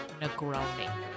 negroni